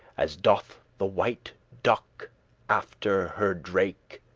as doth the white duck after her drake